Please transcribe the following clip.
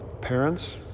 parents